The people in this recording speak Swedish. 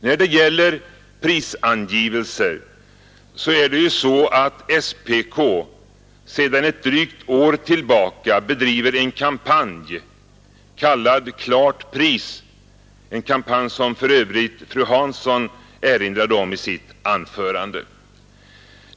När det gäller prisangivelserna är det ju så — som för övrigt fru Hansson erinrade om i sitt anförande — att SPK sedan ett drygt år tillbaka bedriver en kampanj kallad Klart Pris.